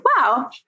wow